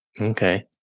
okay